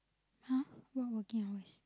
!huh! what working hours